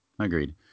Agreed